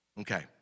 Okay